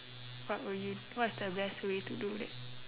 what would you what's the best way to do it